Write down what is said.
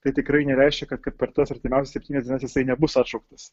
tai tikrai nereiškia kad kad per tas artimiausias septynias dienas jisai nebus atšauktas